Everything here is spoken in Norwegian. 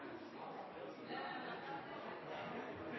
000 som det var